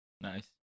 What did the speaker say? Nice